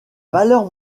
valeur